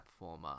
platformer